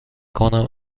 کنم